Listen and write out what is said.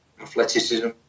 athleticism